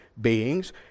beings